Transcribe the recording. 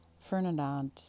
Fernand